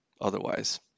otherwise